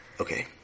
Okay